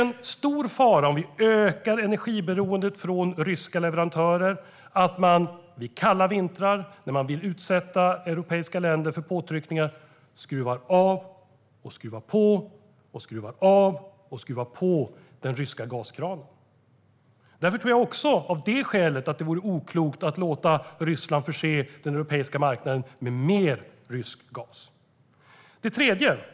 När vi ökar energiberoendet från ryska leverantörer är det en stor fara att man under kalla vintrar vill utsätta europeiska länder för påtryckningar genom att skruva av och skruva på den ryska gaskranen. Också av det skälet vore det oklokt att låta Ryssland förse den europeiska marknaden med mer rysk gas. Herr talman!